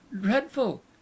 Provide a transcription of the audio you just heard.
dreadful